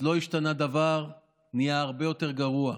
אז לא השתנה דבר, נהיה הרבה יותר גרוע.